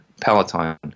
Peloton